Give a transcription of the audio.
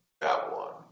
Babylon